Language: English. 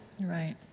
Right